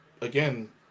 again